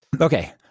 Okay